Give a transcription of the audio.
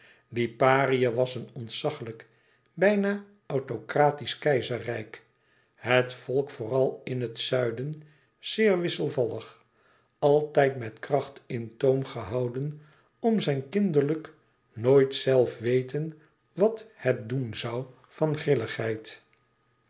liparië was een ontzachelijk bijna autocratisch keizerrijk het volk vooral in het zuiden zeer wisselvallig altijd met kracht in toom gehouden om zijn kinderlijk nooit zelf weten wat het doen zoû van grilligheid